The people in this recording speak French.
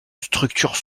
structures